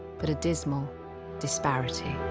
but a dismal disparity.